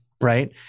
right